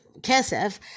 Kesef